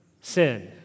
sin